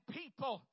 people